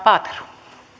rouva